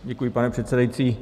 Děkuji, pane předsedající.